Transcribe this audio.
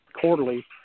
quarterly